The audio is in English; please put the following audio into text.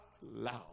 loud